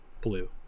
blue